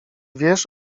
wiesz